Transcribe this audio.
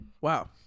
Wow